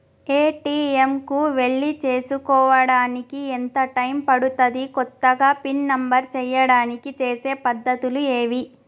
ATM కు వెళ్లి చేసుకోవడానికి ఎంత టైం పడుతది? కొత్తగా పిన్ నంబర్ చేయడానికి చేసే పద్ధతులు ఏవి?